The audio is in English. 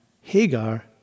Hagar